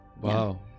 Wow